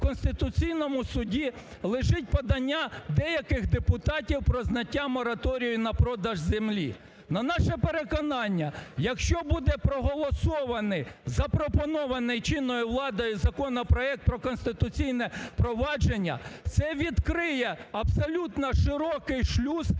у Конституційному Суді лежить подання деяких депутатів про зняття мораторію на продаж землі. На наше переконання, якщо буде проголосований запропонований чинною владою законопроект про Конституційне провадження, це відкриє абсолютно широкий шлюз